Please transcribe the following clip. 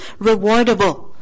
rewardable